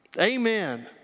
Amen